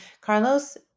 Carlos